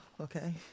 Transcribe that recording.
okay